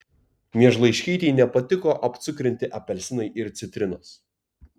miežlaiškytei nepatiko apcukrinti apelsinai ir citrinos